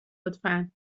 لطفا